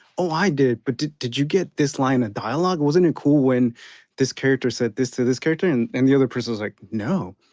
oh, i did. but did did you get this line of dialogue? wasn't it cool when this character said this to this character? and and the other person was like, no.